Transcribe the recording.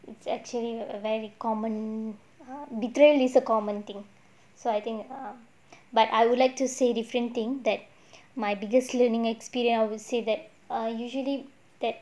it's actually a very common betray is a common thing so I think err but I would like to say different thing that my biggest learning experience I would say that err usually that